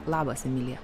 labas emilija